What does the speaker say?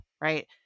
Right